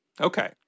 Okay